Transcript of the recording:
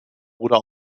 bruder